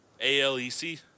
A-L-E-C